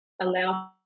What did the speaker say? allow